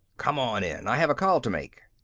come on in. i have a call to make.